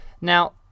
Now